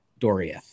Doriath